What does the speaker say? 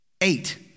Eight